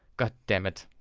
goddamit.